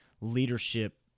leadership